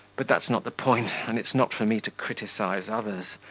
but that's not the point, and it's not for me to criticise others.